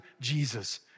Jesus